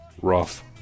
Rough